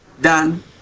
Dan